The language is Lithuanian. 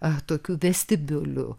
atokių vestibiulių